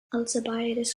alcibiades